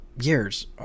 years